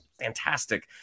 fantastic